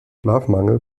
schlafmangel